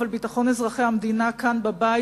אבל ביטחון אזרחי המדינה כאן בבית,